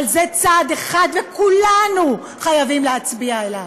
אבל זה צעד אחד, וכולנו חייבים להצביע עליו.